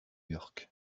york